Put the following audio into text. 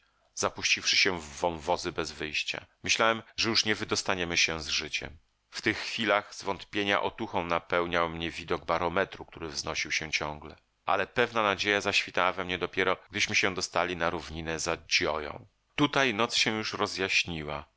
zapuściwszy się w wąwozy bez wyjścia myślałem że już nie wydostaniemy się z życiem w tych chwilach zwątpienia otuchą napełniał mnie widok barometru który wznosił się ciągle ale pewna nadzieja zaświtała we mnie dopiero gdyśmy się dostali na równinę za gioją tutaj noc się już rozjaśniła